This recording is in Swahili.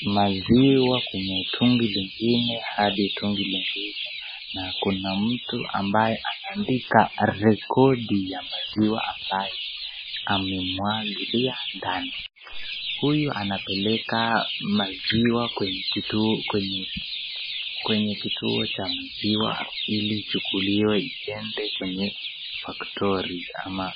maziwa kwenye tungi lingine hadi tungi lingine, na kuna mtu ambaye anaandika rekodi ya maziwa ambaye amemwagilia ndani, huyu anapeleka maziwa kwenye kituo cha maziwa ili ichukuliwe iende kwenye factory ama.